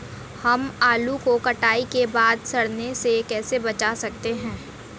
हम आलू को कटाई के बाद सड़ने से कैसे बचा सकते हैं?